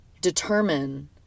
determine